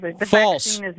False